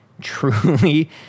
truly